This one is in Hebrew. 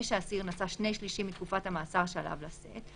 שהאסיר נשא שני שלישים מתקופת המאסר שעליו לשאת,